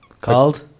called